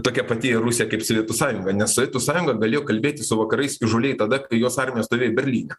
tokia pati rusija kaip sovietų sąjunga nes sovietų sąjunga galėjo kalbėtis su vakarais įžūliai tada kai jos armija stovėjo berlyne